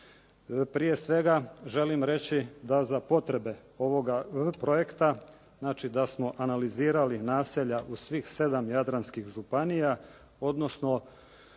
Prije svega želim reći da za potrebe ovoga projekta, znači da smo analizirali naselja u svih sedam jadranskih županija, odnosno